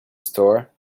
store